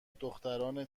دختران